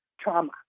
trauma